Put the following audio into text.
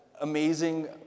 amazing